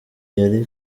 yari